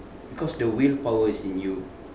because the willpower is in you